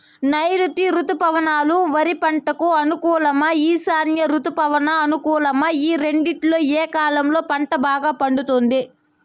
నైరుతి రుతుపవనాలు వరి పంటకు అనుకూలమా ఈశాన్య రుతుపవన అనుకూలమా ఈ రెండింటిలో ఏ కాలంలో పంట బాగా పండుతుంది?